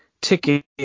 ticket